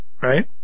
right